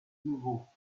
nouveau